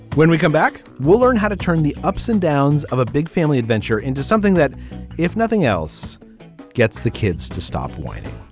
when we come back we'll learn how to turn the ups and downs of a big family adventure into something that if nothing else gets the kids to stop whining